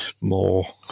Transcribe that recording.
more